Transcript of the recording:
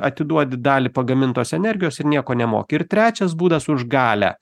atiduodi dalį pagamintos energijos ir nieko nemoki ir trečias būdas už galią